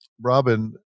Robin